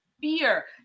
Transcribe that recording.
fear